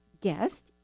guest